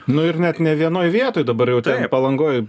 nu ir net ne vienoj vietoj dabar jau palangoj